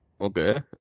Okay